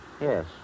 Yes